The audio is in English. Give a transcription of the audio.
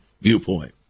Viewpoint